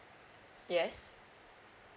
yes